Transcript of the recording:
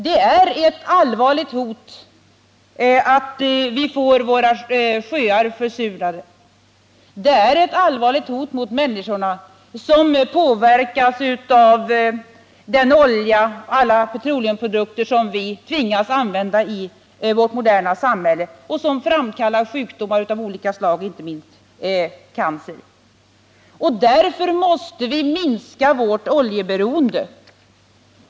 Det är ett allvarligt hot att vi får våra sjöar försurade. Det är ett allvarligt hot mot människorna som påverkas av den olja och av alla de petroleumprodukter som vi tvingas använda i vårt moderna samhälle och som framkallar sjukdomar av olika slag, inte minst cancer. Därför måste vi minska vårt oljeberoende.